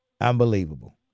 Unbelievable